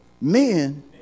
men